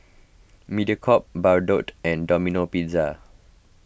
Mediacorp Bardot and Domino Pizza